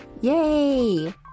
Yay